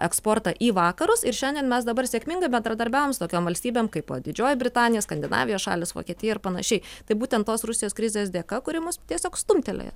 eksportą į vakarus ir šiandien mes dabar sėkmingai bendradarbiavom su tokiom valstybėm kaip didžioji britanija skandinavijos šalys vokietija ir panašiai tai būten tos rusijos krizės dėka kuri mus tiesiog stumtelėjo